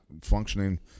functioning